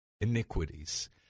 iniquities